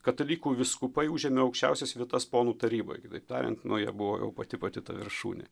katalikų vyskupai užėmė aukščiausias vietas ponų taryboj kitaip tariant nu jie buvo jau pati pati ta viršūnė